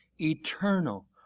eternal